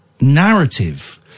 narrative